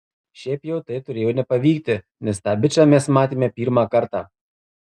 šiaip jau tai turėjo nepavykti nes tą bičą mes matėme pirmą kartą